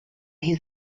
his